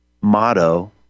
motto